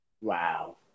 Wow